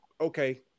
okay